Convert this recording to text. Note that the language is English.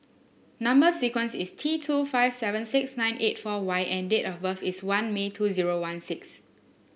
number sequence is T two five seven six nine eight four Y and date of birth is one May two zero one six